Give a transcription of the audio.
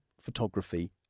photography